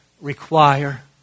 require